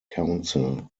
council